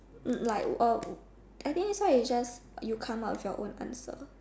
like uh I think next time you just you come up with your own answer